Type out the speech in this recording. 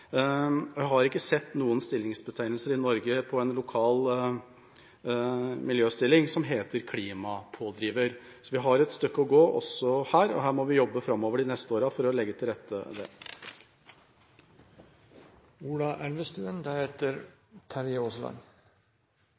Og jeg har ikke sett noen stillingsbetegnelser i Norge på en lokal miljøstilling som heter «klimapådriver». Så vi har et stykke å gå også her, og her må vi jobbe framover, de neste årene, for å legge til rette for det. Representanten Ola Elvestuen